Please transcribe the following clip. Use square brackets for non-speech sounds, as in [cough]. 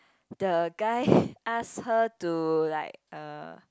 the guy [breath] ask her to like uh